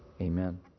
amen